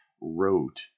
wrote